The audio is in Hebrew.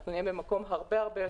אנחנו נהיה במקום הרבה הרבה יותר טוב.